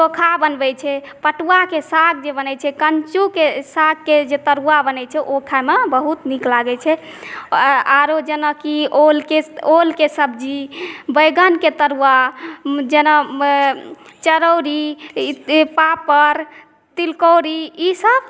चोखा बनबै छै पटुआके साग जे बनै छै कंचूके साग के जे तरुआ बनै छै ओ खायमे बहुत नीक लागै छै अँ आआरो जेनाकि ओलके ओलके सब्ज़ी बैगनके तरुआ जेना मे चरौरी ई पापर तिलकौरी ई सब